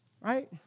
Right